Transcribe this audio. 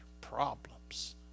problems